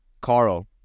Carl